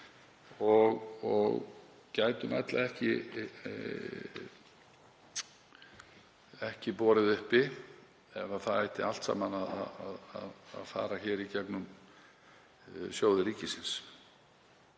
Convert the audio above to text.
og gætum ekki borið uppi ef það ætti allt saman að fara í gegnum sjóði ríkisins.